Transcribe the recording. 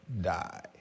die